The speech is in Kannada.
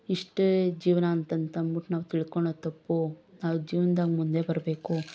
ಇಷ್ಟೇ ಜೀವನ ಅಂತಂತಂದ್ಬಿಟ್ಟು ನಾವು ತಿಳ್ಕೊಳೋದು ತಪ್ಪು ನಾವು ಜೀವ್ನದಾಗೆ ಮುಂದೆ ಬರಬೇಕು